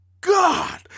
God